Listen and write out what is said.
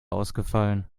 ausgefallen